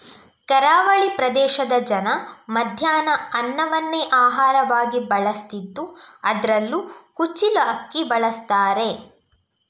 ಕರಾವಳಿ ಪ್ರದೇಶದ ಜನ ಮಧ್ಯಾಹ್ನ ಅನ್ನವನ್ನೇ ಆಹಾರವಾಗಿ ಬಳಸ್ತಿದ್ದು ಅದ್ರಲ್ಲೂ ಕುಚ್ಚಿಲು ಅಕ್ಕಿ ಬಳಸ್ತಾರೆ